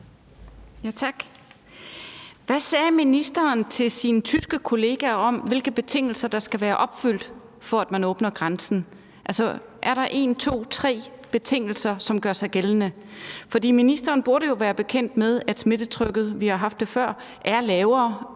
Hvad sagde ministeren til sin tyske kollega om, hvilke betingelser der skal være opfyldt, for at man åbner grænsen? Altså, er der en, to, tre betingelser, som gør sig gældende? For ministeren burde jo være bekendt med, at smittetrykket – og det er noget,